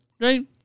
right